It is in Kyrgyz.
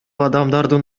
адамдардын